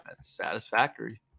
satisfactory